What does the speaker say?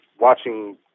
watching